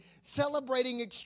celebrating